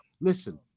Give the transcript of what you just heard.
listen